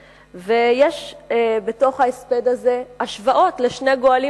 ויש בתוך ההספד הזה השוואות לשני גואלים אחרים,